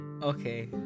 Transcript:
okay